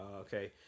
okay